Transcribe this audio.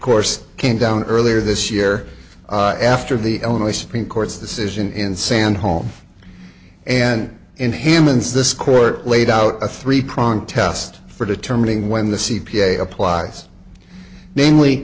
course came down earlier this year after the illinois supreme court's decision in san home and in him and this court laid out a three prong test for determining when the c p a applies namely